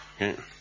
Okay